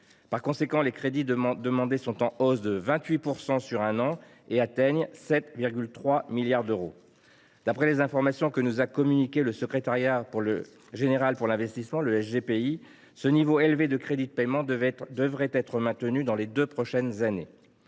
En conséquence, les crédits demandés progressent de 28 % sur un an pour atteindre 7,3 milliards d’euros. D’après les informations que nous a communiquées le secrétariat général pour l’investissement (SGPI), ce niveau élevé de crédits de paiement devrait être maintenu au cours des deux prochaines années.